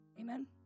Amen